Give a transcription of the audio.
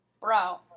Bro